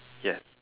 yes